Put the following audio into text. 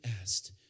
asked